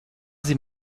sie